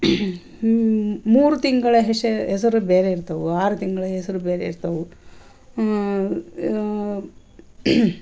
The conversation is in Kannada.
ಮೂರು ತಿಂಗಳ ಹೆಸ ಹೆಸರು ಬೇರೆ ಇರ್ತವೆ ಆರು ತಿಂಗಳ ಹೆಸರು ಬೇರೆ ಇರ್ತವೆ